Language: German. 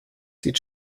sieht